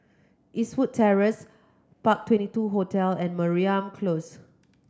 Eastwood Terrace Park Twenty two Hotel and Mariam Close